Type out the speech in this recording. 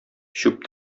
чүп